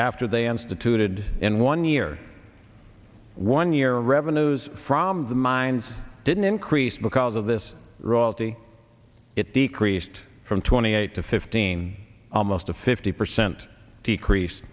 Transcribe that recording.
after they instituted in one year one year revenues from the mines didn't increase because of this royalty it decreased from twenty eight to fifteen almost a fifty percent decrease